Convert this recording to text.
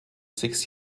six